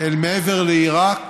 אל מעבר לעיראק